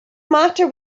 matter